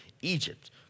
Egypt